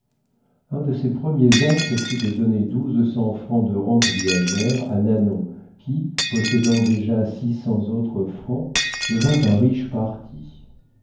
un de ses premiers actes fut de donner douze cents francs de rente viagère à nanon qui possédant déjà six cents autres francs devint un riche parti